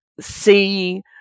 see